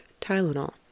Tylenol